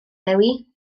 dewi